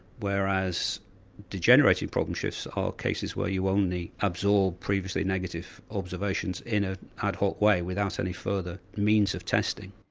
whereas degenerating problem shifts are cases where you only absorb previously negative observations in an ah ad hoc way without any further means of testing.